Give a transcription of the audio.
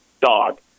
dog